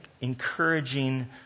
encouraging